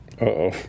Uh-oh